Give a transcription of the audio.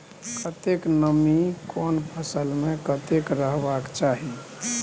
कतेक नमी केना कोन फसल मे कतेक रहबाक चाही?